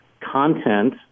content